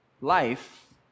life